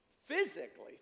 Physically